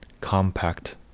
compact